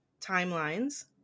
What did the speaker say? timelines